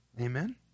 Amen